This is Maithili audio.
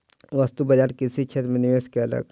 वस्तु बजार कृषि क्षेत्र में निवेश कयलक